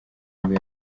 nibwo